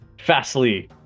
fastly